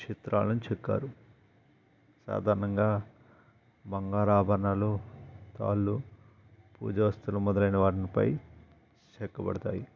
చిత్రాలను చెక్కారు సాధారణంగా బంగారు ఆభరణాలు తాళ్ళు పూజా వస్త్రం మొదలైన వాటిలిపై చెక్కబడతాయి